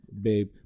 babe